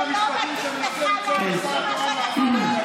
זה לא מתאים לך להגיד את מה שאתה קורא.